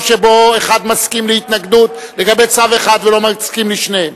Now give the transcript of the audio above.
שבו אחד מסכים להתנגדות לגבי צו אחד ולא מסכים לשניהם.